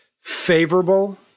favorable